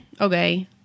okay